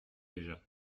déjà